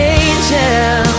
angel